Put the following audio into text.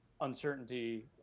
uncertainty